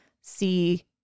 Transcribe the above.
see